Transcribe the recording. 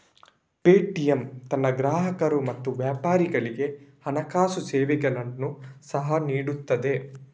Paytm ತನ್ನ ಗ್ರಾಹಕರು ಮತ್ತು ವ್ಯಾಪಾರಿಗಳಿಗೆ ಹಣಕಾಸು ಸೇವೆಗಳನ್ನು ಸಹ ನೀಡುತ್ತದೆ